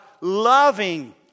loving